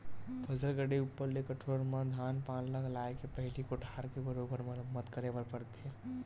फसल कटई ऊपर ले कठोर म धान पान ल लाए के पहिली कोठार के बरोबर मरम्मत करे बर पड़थे